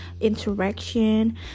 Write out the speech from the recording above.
interaction